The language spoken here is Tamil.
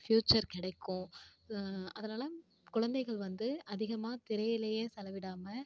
ஃபியூச்சர் கிடைக்கும் அதனால் குழந்தைகள் வந்து அதிகமாக திரையிலேயே செலவிடாமல்